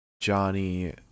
johnny